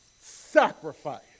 sacrifice